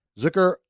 Zucker